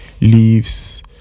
leaves